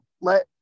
let